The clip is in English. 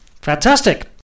fantastic